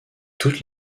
toutes